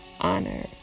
Honor